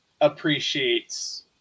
appreciates